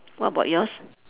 what about yours